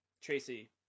Tracy